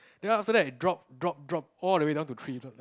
then after that it drop drop drop all the way down to three left